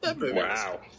Wow